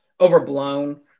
overblown